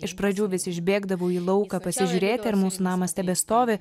iš pradžių vis išbėgdavau į lauką pasižiūrėti ar mūsų namas tebestovi